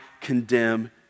condemn